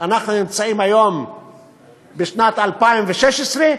אנחנו נמצאים היום בשנת 2016,